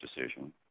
decision